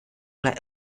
like